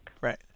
right